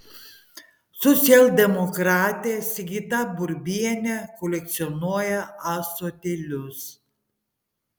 socialdemokratė sigita burbienė kolekcionuoja ąsotėlius